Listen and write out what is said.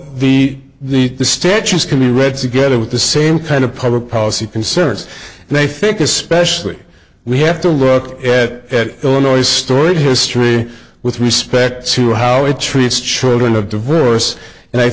so the statues can be read together with the same kind of public policy concerns they think especially we have to rock that illinois storied history with respect to how it treats children of divorce and i